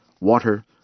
water